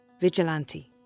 vigilante